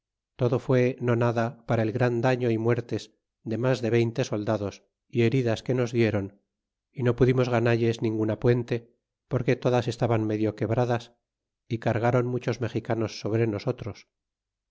todo fue nonada para el gran daño y muertes de mas de veinte soldados y heridas que nos dieron y no pudimos ganalles ninguna puente porque todas estaban medio quebradas y cargaron muchos mexicanos sobre nosotros